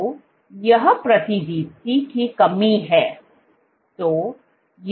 तो यह प्रतिदीप्ति की कमी है